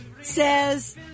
says